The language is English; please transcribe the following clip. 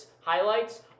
highlights